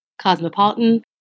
Cosmopolitan